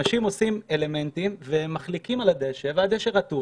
אנשים עושים אלמנטים והם מחליקים על הדשא הרטוב,